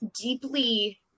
deeply